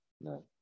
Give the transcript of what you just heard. No